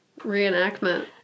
reenactment